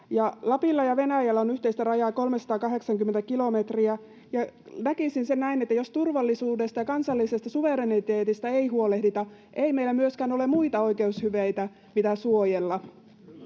Lapilla ja Venäjällä on yhteistä rajaa 380 kilometriä, ja näkisin sen näin, että jos turvallisuudesta ja kansallisesta suvereniteetista ei huolehdita, ei meillä ole myöskään muita oikeushyveitä, mitä suojella.